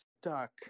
stuck